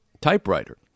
typewriter